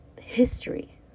history